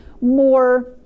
more